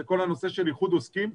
זה כל הנושא של איחוד עוסקים.